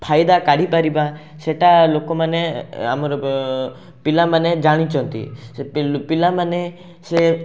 ଫାଇଦା କାଢ଼ିପାରିବା ସେଇଟା ଲୋକମାନେ ଆମର ପିଲାମାନେ ଜାଣିଛନ୍ତି ପିଲାମାନେ ସେ